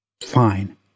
fine